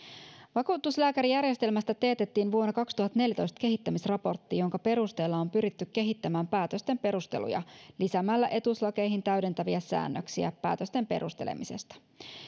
vakuutuslääkärijärjestelmästä teetettiin vuonna kaksituhattaneljätoista kehittämisraportti jonka perusteella on pyritty kehittämään päätösten perusteluja lisäämällä etuuslakeihin täydentäviä säännöksiä päätösten perustelemisesta